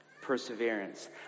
Perseverance